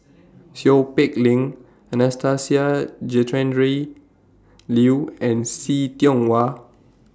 Seow Peck Leng Anastasia Tjendri Liew and See Tiong Wah